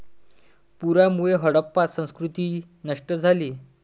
पुरामुळे हडप्पा संस्कृती नष्ट झाली